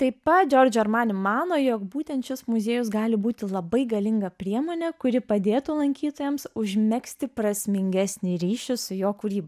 taip pat džiordžio armani mano jog būtent šis muziejus gali būti labai galinga priemonė kuri padėtų lankytojams užmegzti prasmingesnį ryšį su jo kūryba